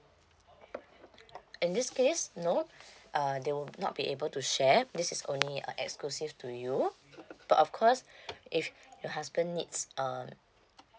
in this case no uh they will not be able to share this is only uh exclusive to you but of course if your husband needs uh